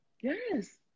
Yes